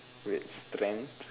with strength